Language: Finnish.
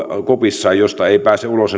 kopissaan josta ei pääse ulos